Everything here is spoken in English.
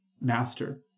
master